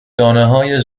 دانههای